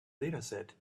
dataset